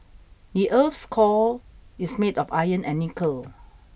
the earth's core is made of iron and nickel